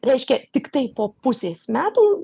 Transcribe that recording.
reiškia tiktai po pusės metų